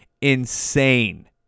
insane